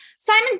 Simon